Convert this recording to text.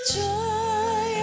joy